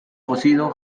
cocido